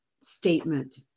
statement